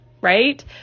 right